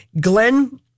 Glenn